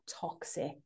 toxic